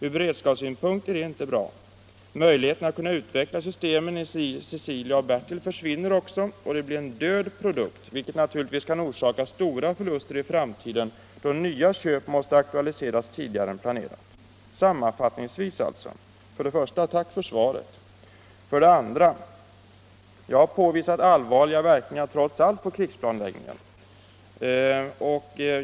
Ur beredskapssynpunkt är detta inte bra. Möjligheterna 221 att kunna utveckla systemen i Cecilia och Bertil försvinner också, och det blir en död produkt, vilket naturligtvis kan orsaka stora förluster i framtiden då nya köp måste aktualiseras tidigare än planerat. Sammanfattningsvis: 2. Jag har påvisat allvarliga verkningar trots allt på krigsplanläggningen.